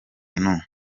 n’u